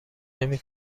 نمی